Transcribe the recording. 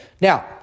Now